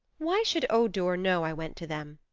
why should odur know i went to them?